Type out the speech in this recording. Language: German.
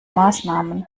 maßnahmen